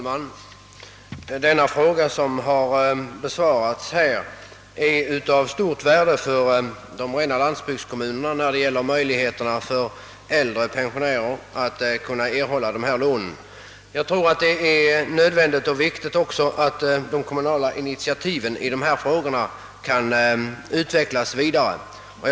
Herr talman! Det besked som inrikesministern lämnat med anledning av herr Berglunds interpellation är av stort värde för de rena landsbygdskommunerna när det gäller möjligheterna för äldre pensionärer att erhålla ifrågavarande lån. Det är också viktigt att de kommunala initiativen i dessa frågor kan vidareutvecklas.